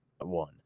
one